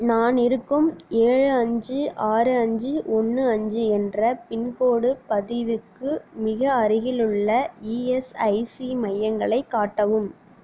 நான் இருக்கும் ஏழு அஞ்சு ஆறு அஞ்சு ஒன்று அஞ்சு என்ற பின்கோடு பதிவுக்கு மிக அருகிலுள்ள இஎஸ்ஐசி மையங்களைக் காட்டவும்